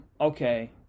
Okay